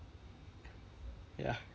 ya